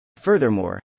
Furthermore